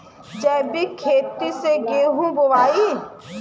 जैविक खेती से गेहूँ बोवाई